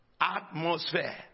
Atmosphere